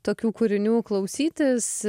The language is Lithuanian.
tokių kūrinių klausytis